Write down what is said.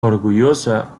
orgullosa